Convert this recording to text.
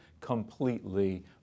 completely